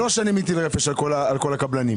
זה לא שאני מטיל רפש על כל הקבלנים,